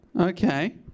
Okay